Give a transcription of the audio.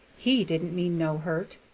he didn't mean no hurt!